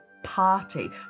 party